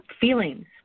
feelings